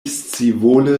scivole